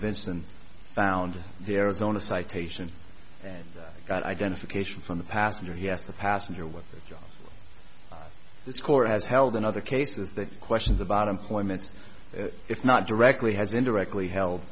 vinson found the arizona citation and got identification from the passenger he asked the passenger what this court has held in other cases the questions about employments if not directly has indirectly he